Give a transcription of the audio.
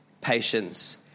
patience